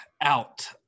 out